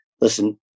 listen